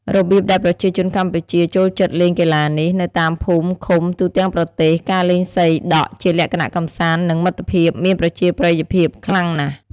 របៀបដែលប្រជាជនកម្ពុជាចូលចិត្តលេងកីឡានេះ នៅតាមភូមិ-ឃុំ ទូទាំងប្រទេស ការលេងសីដក់ជាលក្ខណៈកម្សាន្ត និងមិត្តភាពមានប្រជាប្រិយភាពខ្លាំងណាស់។